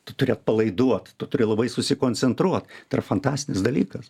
tu turi atpalaiduot tu turi labai susikoncentruot tai fantastinis dalykas